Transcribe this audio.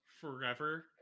forever